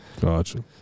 Gotcha